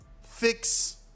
fix